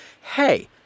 hey